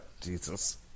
Jesus